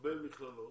בהרבה מכללות